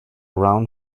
round